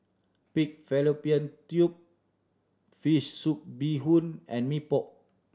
pig fallopian tube fish soup bee hoon and Mee Pok